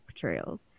portrayals